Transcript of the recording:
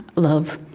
love.